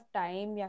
time